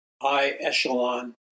high-echelon